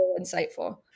insightful